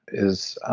is